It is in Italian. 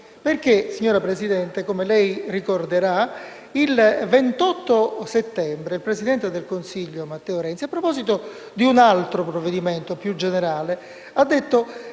Infatti, signora Presidente, come lei ricorderà, il 28 settembre il presidente del Consiglio Matteo Renzi, a proposito di un altro provvedimento, più generale, ha detto